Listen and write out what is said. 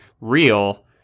real